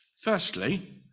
firstly